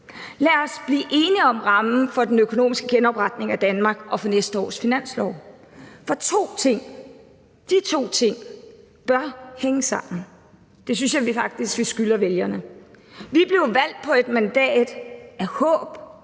lad os blive enige om rammen for den økonomiske genopretning af Danmark og for næste års finanslov. For to ting, de to ting bør hænge sammen; det synes jeg faktisk vi skylder vælgerne. Vi blev valgt på et mandat af håb